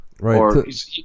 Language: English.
right